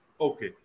okay